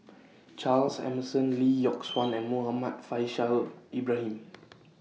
Charles Emmerson Lee Yock Suan and Muhammad Faishal Ibrahim